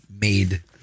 made